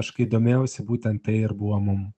aš kai domėjausi būtent tai ir buvo mum